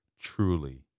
truly